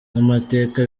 n’amateka